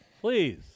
Please